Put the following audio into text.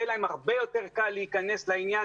יהיה להם הרבה יותר קל להיכנס לעניין